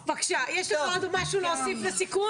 בבקשה, הפרויקטור, יש לך עוד מה להוסיף לסיכום?